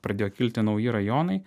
pradėjo kilti nauji rajonai